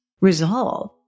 resolve